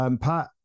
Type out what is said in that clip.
Pat